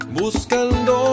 buscando